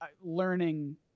learning